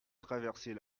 traverser